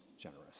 generous